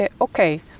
okay